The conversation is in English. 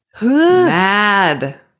mad